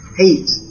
hate